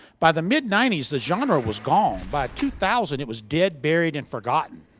by the mid ninety s, the genre was gone. by two thousand, it was dead, buried, and forgotten.